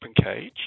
OpenCage